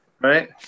Right